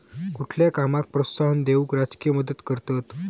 कुठल्या कामाक प्रोत्साहन देऊक राजकीय मदत करतत